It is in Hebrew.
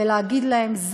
ולהגיד להם,